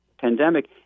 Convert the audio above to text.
pandemic